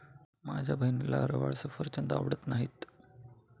माझ्या बहिणीला रवाळ सफरचंद आवडत नाहीत